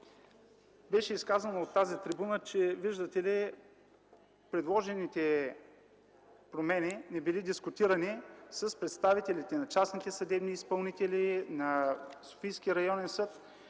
Беше изказано от тази трибуна, че, виждате ли, предложените промени не били дискутирани с представителите на частните съдебни изпълнители, на Софийски районен съд.